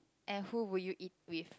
and who will you eat with